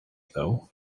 though